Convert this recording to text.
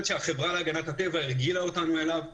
שהחברה להגנת הטבע הרגילה אותנו אליו.